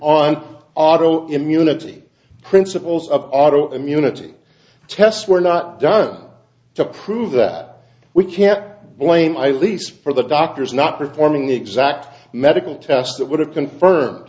on auto immunity principles of auto immunity tests were not done to prove that we can't blame my lease for the doctors not performing the exact medical tests that would have confirmed